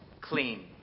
clean